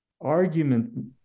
argument